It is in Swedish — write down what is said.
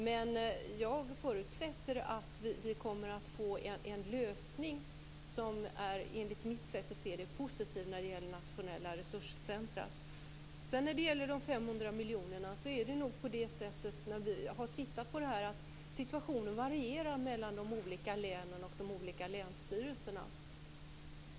Men jag förutsätter att vi kommer att få en lösning som, enligt mitt sätt att se det, är positiv när det gäller det nationella resurscentrumet. När det sedan gäller de 500 miljonerna har vi sett att situationen varierar mellan de olika länen och de olika länsstyrelserna.